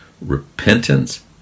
Repentance